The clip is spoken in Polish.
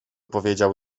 powiedział